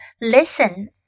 Listen